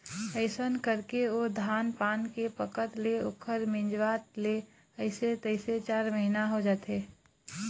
अइसन करके ओ धान पान के पकत ले ओखर मिंजवात ले अइसे तइसे चार महिना हो जाथे